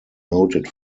noted